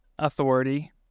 authority